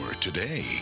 today